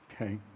okay